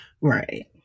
Right